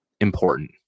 important